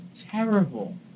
terrible